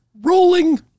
rolling